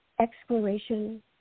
exploration